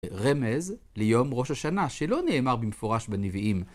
רמז ליום ראש השנה, שלא נאמר במפורש בנביאים.